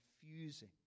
confusing